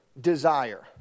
desire